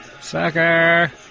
Sucker